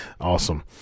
Awesome